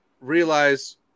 realize